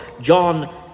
John